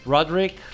Roderick